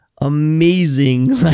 amazing